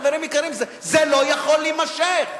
חברים יקרים, זה לא יכול להימשך,